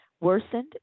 worsened